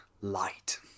light